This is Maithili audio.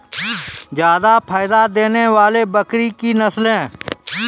जादा फायदा देने वाले बकरी की नसले?